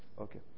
Okay